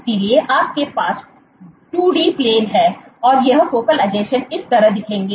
इसलिए आपके पास 2D प्लेन है और ये फोकल आसंजन इस तरह दिखेंगे